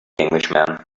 englishman